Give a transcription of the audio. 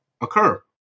occur